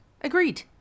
Agreed